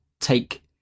take